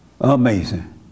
Amazing